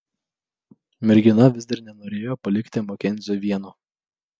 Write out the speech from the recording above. mergina vis dar nenorėjo palikti makenzio vieno